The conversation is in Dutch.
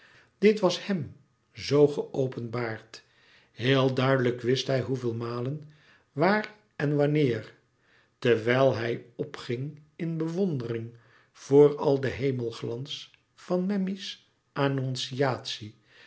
dit was hem zoo geopenbaard heel duidelijk wist hij hoeveel malen waar en wanneer terwijl hij opging in bewondering voor al den hemelglans van memmi's annonciatie die